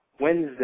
Wednesday